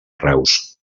reus